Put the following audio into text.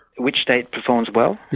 which state performs well?